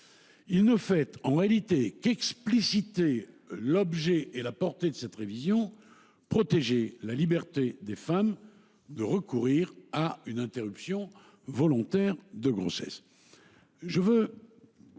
Il ne fait en réalité qu’expliciter l’objet et la portée de cette révision : protéger la liberté des femmes de recourir à une interruption volontaire de grossesse.